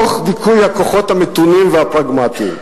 תוך דיכוי הכוחות המתונים והפרגמטיים.